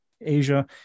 Asia